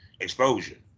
exposure